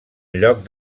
lloc